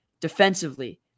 defensively